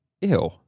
ew